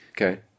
Okay